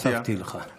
הוספתי לך.